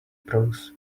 prose